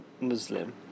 Muslim